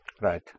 Right